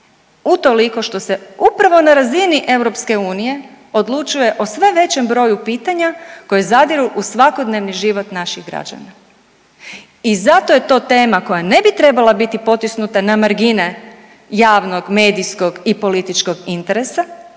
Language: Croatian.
utoliko što se upravo na razini EU odlučuje o sve većem broju pitanja koji zadiru u svakodnevni život naših građana. I zato je to tema koja ne bi trebala biti potisnuta na margine javnog, medijskog i političkog interesa